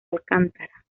alcántara